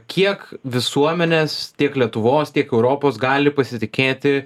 kiek visuomenės tiek lietuvos tiek europos gali pasitikėti